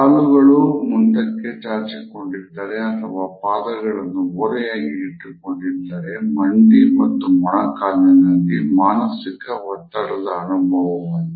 ಕಾಲುಗಳು ಮುಂದಕ್ಕೆ ಚಾಚಿ ಕೊಂಡಿದ್ದಾರೆ ಅಥವಾ ಪಾದಗಳನ್ನು ಓರೆಯಾಗಿ ಇಟ್ಟುಕೊಂಡಿದ್ದರೆ ಮಂಡಿ ಮತ್ತು ಮೊಣಕಾಲಿನಲ್ಲಿ ಮಾನಸಿಕ ಒತ್ತಡದ ಅನುಭವವನ್ನು